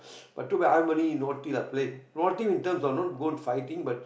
but to be harmony is naughty that place naughty in terms of don't go to fighting but